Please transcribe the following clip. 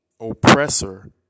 oppressor